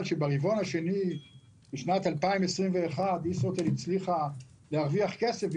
שברבעון השני בשנת 2021 ישרוטל הצליחה להרוויח כסף,